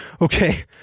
Okay